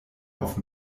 auf